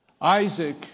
Isaac